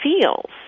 feels